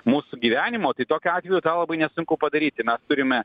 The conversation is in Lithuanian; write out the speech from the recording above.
mūsų gyvenimo tai tokiu atveju tą labai nesunku padaryti mes turime